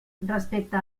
respecte